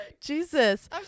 jesus